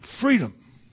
Freedom